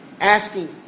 asking